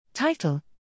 title